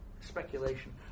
Speculation